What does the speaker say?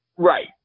Right